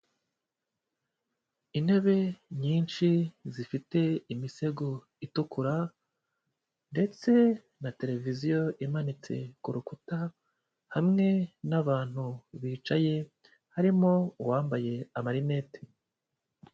Intebe nyinshi zifite imisego itukura ndetse na televiziyo imanitse ku rukuta, hamwe n'abantu bicaye harimo uwambaye n'amarinete.